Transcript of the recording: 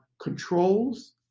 controls